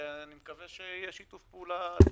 אני מקווה שיהיה שיתוף פעולה טוב.